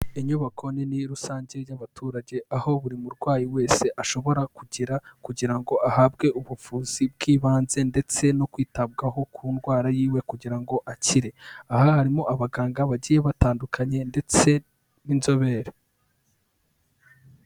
Inyubako nini rusange y'abaturage aho buri murwayi wese ashobora kugera kugira ngo ahabwe ubuvuzi bw'ibanze ndetse no kwitabwaho ku ndwara yiwe kugira ngo akire, aha harimo abaganga bagiye batandukanye ndetse n'inzobere.